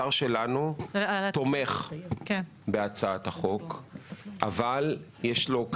השר שלנו תומך בהצעת החוק אבל יש לו,